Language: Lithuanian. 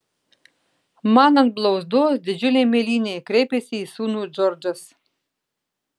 man ant blauzdos didžiulė mėlynė kreipėsi į sūnų džordžas